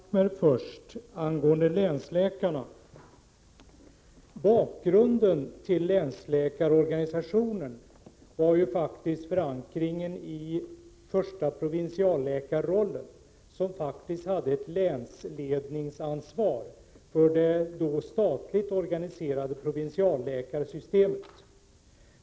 Herr talman! Jag vill först ta upp det som Karin Falkmer sade angående länsläkarna. Bakgrunden till länsläkarorganisationen är förankringen i den första provinsialläkarrollen, som hade ett länsledningsansvar för det då statligt organiserade provinsialläkarsystemet.